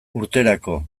urterako